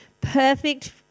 perfect